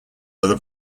other